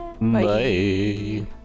Bye